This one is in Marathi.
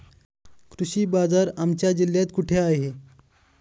कृषी बाजार आमच्या जिल्ह्यात कुठे आहे?